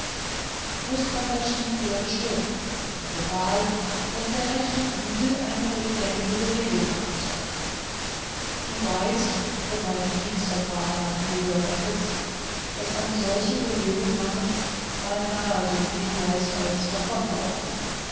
nußknacker schien sehr bestürzt und befahl daß der rechte flügel eine rückgängige bewegung machen solle du weißt o mein kriegserfahrner zuhörer fritz daß eine solche bewegung machen beinahe so viel heißt als davonlaufen